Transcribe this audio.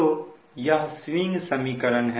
तो यह स्विंग समीकरण है